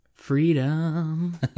Freedom